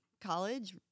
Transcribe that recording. college